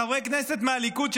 חברי כנסת מהליכוד,